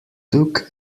took